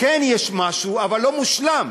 כן יש משהו, אבל לא מושלם: